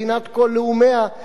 מדינת השד יודע מה,